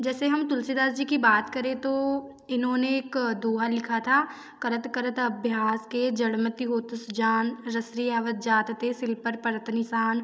जैसे हम तुलसीदास जी की बात करें तो इन्होंने एक दोहा लिखा था करत करत अभ्यास के जड़मति होत सुजान रसरी आवत जात ते सील पर परत निसान